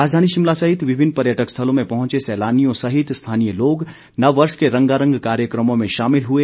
राजधानी शिमला सहित विभिन्न पर्यटक स्थलों में पहुंचे सैलानियों सहित स्थानीय लोग नव वर्ष के रंगारंग कार्यक्रमों में शामिल हुए